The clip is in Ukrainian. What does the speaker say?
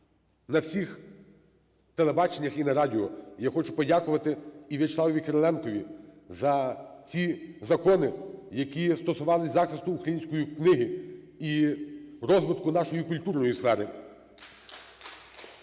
на всіх телебаченнях і на радіо. Я хочу подякувати і В'ячеславові Кириленкові за ці закони, які стосувалися захисту української книги і розвитку нашої культурної сфери,